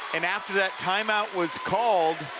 and after that time-out was called,